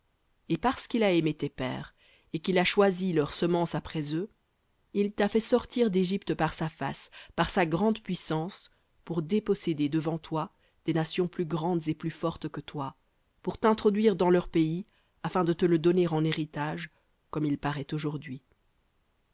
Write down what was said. et parce qu'il a aimé tes pères et qu'il a choisi leur semence après eux il t'a fait sortir d'égypte par sa face par sa grande puissance pour déposséder devant toi des nations plus grandes et plus fortes que toi pour t'introduire dans leur pays afin de te le donner en héritage comme aujourd'hui